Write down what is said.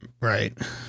Right